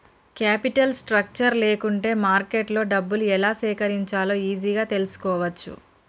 capital structure లేకుంటే మార్కెట్లో డబ్బులు ఎలా సేకరించాలో ఈజీగా తెల్సుకోవచ్చు